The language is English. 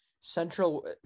central –